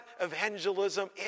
evangelism